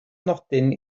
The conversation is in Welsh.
nodyn